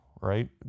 right